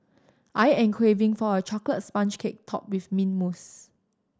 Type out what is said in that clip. I am craving for a chocolate sponge cake topped with mint mousse